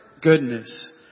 goodness